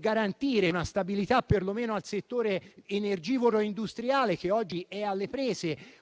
garantire stabilità per lo meno al settore energivoro industriale, che oggi è alle prese